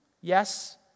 Yes